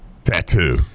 tattoo